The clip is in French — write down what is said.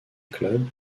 club